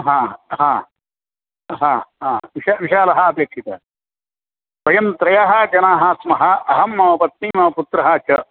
ह ह ह ह विशालः अपेक्षितः वयं त्रयः जनाः स्मः अहं मम पत्नी मम पुत्रः च